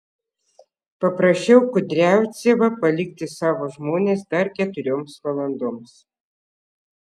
paprašiau kudriavcevą palikti savo žmones dar keturioms valandoms